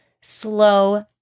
slow